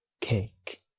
cake